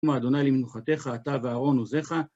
אדוני למנוחתך, אתה ואהרון עוזרך.